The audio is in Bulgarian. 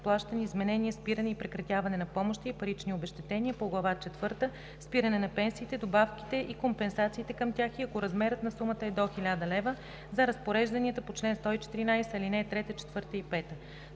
изплащане, изменение, спиране и прекратяване на помощи и парични обезщетения по глава четвърта, спиране на пенсиите, добавките и компенсациите към тях и ако размерът на сумата е до 1000 лв. за разпорежданията по чл. 114, ал. 3, 4 и 5;“.